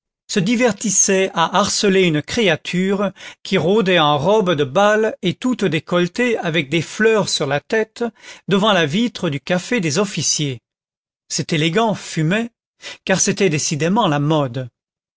se divertissait à harceler une créature qui rôdait en robe de bal et toute décolletée avec des fleurs sur la tête devant la vitre du café des officiers cet élégant fumait car c'était décidément la mode